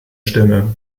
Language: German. stimme